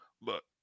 look